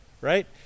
Right